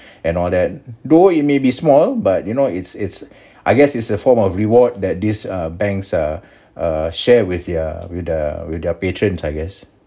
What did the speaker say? and all that though it may be small but you know it's it's I guess it's a form of reward that these err banks err err share with their with the with their patron I guest